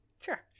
Sure